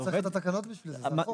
לא צריך את התקנות בשביל זה, זה החוק.